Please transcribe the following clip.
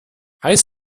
heiß